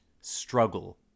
struggle